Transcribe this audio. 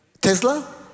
Tesla